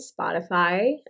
Spotify